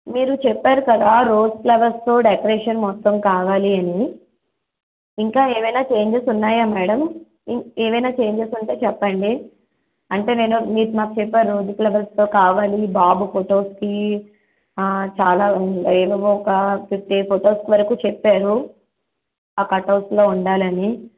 మీరు చెప్పారు కదా రోస్ ఫ్లవర్స్తో డెకరేషన్ మొత్తం కావాలి అని ఇంకా ఏమైన చేంజెస్ ఉన్నాయా మేడం ఇం ఏమైన చేంజెస్ ఉంటే చెప్పండి అంటే నేను మీరు మాకు చెప్పారు రోస్ ఫ్లవర్స్తో కావాలి బాబు ఫొటోస్కి చాలా ఏవో ఒక ఫిఫ్టీ ఫొటోస్ వరకు చెప్పారు ఆ కట్అవుట్లో ఉండాలని